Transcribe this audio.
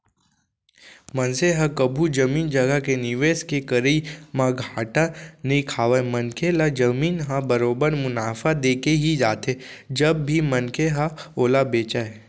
मनसे ह कभू जमीन जघा के निवेस के करई म घाटा नइ खावय मनखे ल जमीन ह बरोबर मुनाफा देके ही जाथे जब भी मनखे ह ओला बेंचय